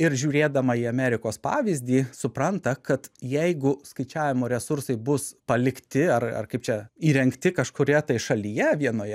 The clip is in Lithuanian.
ir žiūrėdama į amerikos pavyzdį supranta kad jeigu skaičiavimo resursai bus palikti ar ar kaip čia įrengti kažkurioje tai šalyje vienoje